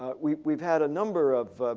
ah we've we've had a number of,